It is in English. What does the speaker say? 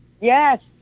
Yes